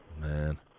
Man